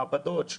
מעבדות,